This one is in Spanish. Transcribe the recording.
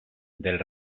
del